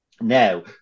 Now